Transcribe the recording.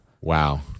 Wow